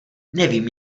nevím